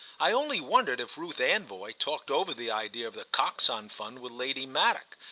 i only wondered if ruth anvoy talked over the idea of the coxon fund with lady maddock,